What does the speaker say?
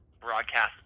broadcast